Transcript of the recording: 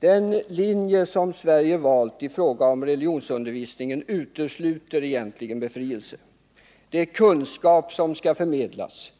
Den linje som Sverige valt i fråga om religionsundervisningen utesluter egentligen befrielse. Det är kunskap som skall förmedlas.